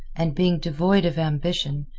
and being devoid of ambition,